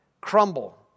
Crumble